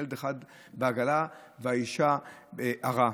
ילד אחד בעגלה ואישה הרה,